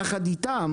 יחד איתם